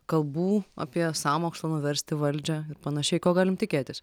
kalbų apie sąmokslą nuversti valdžią ir panašiai ko galim tikėtis